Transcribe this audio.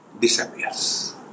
disappears